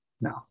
No